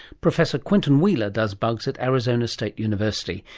professor quentin wheeler does bugs at arizona state university.